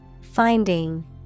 Finding